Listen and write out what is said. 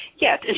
Yes